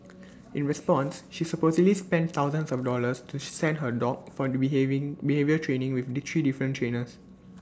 in response she supposedly spent thousands of dollars to send her dog for behaving behaviour training with the three different trainers